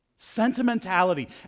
sentimentality